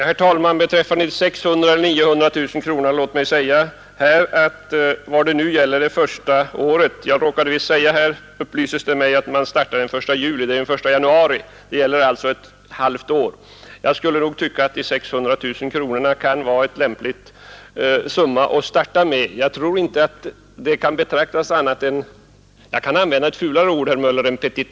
Herr talman! Jag råkade säga, upplystes det mig, att konsumentverket skulle inrättas den 1 juli 1973, men det skall vara den 1 januari 1973. Vad beträffar 600 000 kronor eller 900 000 kronor anser jag nog att 600 000 kronor är ett lämpligt belopp att starta med. Jag kan för övrigt använda ett fulare ord än petitess om det här.